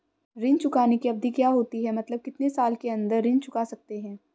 ऋण चुकाने की अवधि क्या होती है मतलब कितने साल के अंदर ऋण चुका सकते हैं?